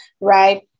right